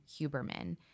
Huberman